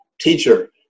teacher